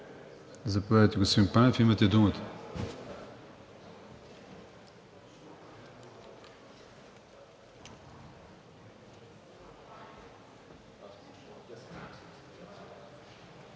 Заповядайте, господин Панев, имате думата.